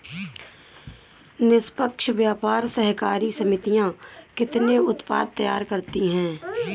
निष्पक्ष व्यापार सहकारी समितियां कितने उत्पाद तैयार करती हैं?